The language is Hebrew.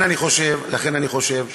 לכן אני חושב שבאמת,